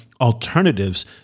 alternatives